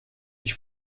ich